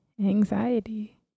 anxiety